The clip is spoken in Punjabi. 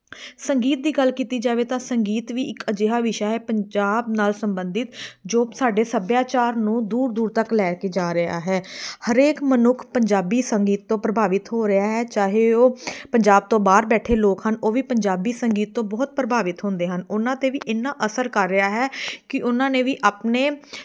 ਸੰਗੀਤ ਦੀ ਗੱਲ ਕੀਤੀ ਜਾਵੇ ਤਾਂ ਸੰਗੀਤ ਵੀ ਇੱਕ ਅਜਿਹਾ ਵਿਸ਼ਾ ਹੈ ਪੰਜਾਬ ਨਾਲ ਸੰਬੰਧਿਤ ਜੋ ਸਾਡੇ ਸੱਭਿਆਚਾਰ ਨੂੰ ਦੂਰ ਦੂਰ ਤੱਕ ਲੈ ਕੇ ਜਾ ਰਿਹਾ ਹੈ ਹਰੇਕ ਮਨੁੱਖ ਪੰਜਾਬੀ ਸੰਗੀਤ ਤੋਂ ਪ੍ਰਭਾਵਿਤ ਹੋ ਰਿਹਾ ਹੈ ਚਾਹੇ ਉਹ ਪੰਜਾਬ ਤੋਂ ਬਾਹਰ ਬੈਠੇ ਲੋਕ ਹਨ ਉਹ ਵੀ ਪੰਜਾਬੀ ਸੰਗੀਤ ਤੋਂ ਬਹੁਤ ਪ੍ਰਭਾਵਿਤ ਹੁੰਦੇ ਹਨ ਉਹਨਾਂ 'ਤੇ ਵੀ ਇੰਨਾ ਅਸਰ ਕਰ ਰਿਹਾ ਹੈ ਕਿ ਉਹਨਾਂ ਨੇ ਵੀ ਆਪਣੇ